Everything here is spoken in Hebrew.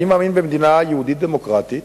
אני מאמין במדינה יהודית דמוקרטית,